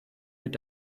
mit